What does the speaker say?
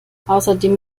außerdem